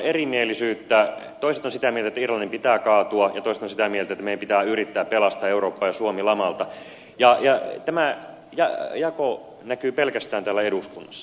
toiset ovat sitä mieltä että irlannin pitää kaatua ja toiset ovat sitä mieltä että meidän pitää yrittää pelastaa eurooppa ja suomi lamalta ja tämä jako näkyy pelkästään täällä eduskunnassa